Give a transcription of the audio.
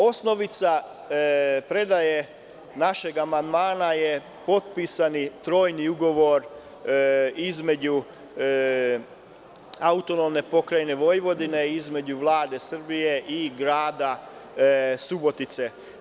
Osnovica predaje našeg amandmana je potpisan trojni ugovor između AP Vojvodine, Vlade Srbije i grada Subotice.